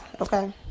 okay